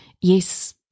Yes